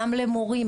גם למורים,